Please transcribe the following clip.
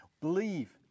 Believe